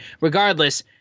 regardless